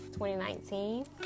2019